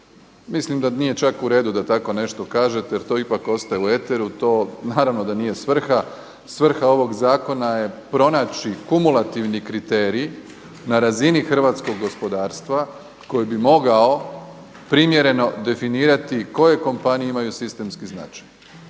Mislim da nije čak u redu da tako nešto kažete jer to ipak ostaje u eteru, to naravno da nije svrha, svrha ovog zakona je pronaći kumulativni kriteriji na razini hrvatskog gospodarstva koji bi mogao primjereno definirati koje kompanije imaju sistemski značaj.